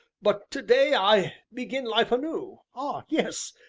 but to-day i begin life anew, ah, yes,